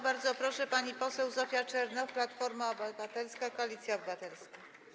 Bardzo proszę, pani poseł Zofia Czernow, Platforma Obywatelska - Koalicja Obywatelska.